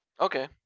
Okay